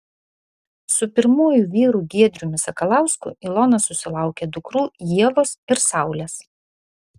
su pirmuoju vyru giedriumi sakalausku ilona susilaukė dukrų ievos ir saulės